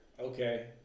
Okay